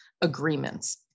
agreements